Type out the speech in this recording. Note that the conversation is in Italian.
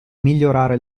migliorare